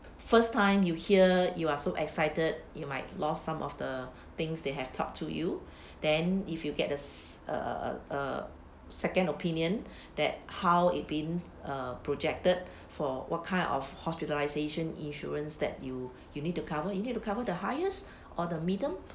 first time you hear you are so excited you might lose some of the things they have talked to you then if you get a a a a second opinion that how it been uh projected for what kind of hospitalisation insurance that you you need to cover you need to cover the highest or the middle